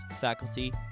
faculty